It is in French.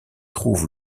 trouve